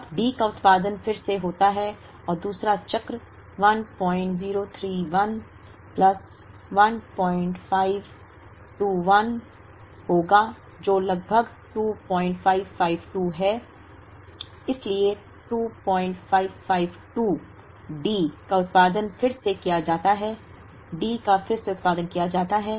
अब D का उत्पादन फिर से होता है दूसरा चक्र 1031 प्लस 1521 होगा जो लगभग 2552 है इसलिए 2552 डी का उत्पादन फिर से किया जाता है D का फिर से उत्पादन किया जाता है